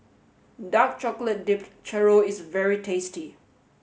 Dark Chocolate Dipped Churro is very tasty